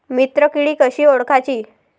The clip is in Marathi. मित्र किडी कशी ओळखाची?